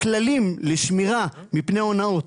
כללים לשמירה מפני הונאות.